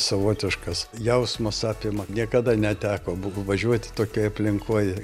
savotiškas jausmas apima niekada neteko buvo važiuoti tokioj aplinkoj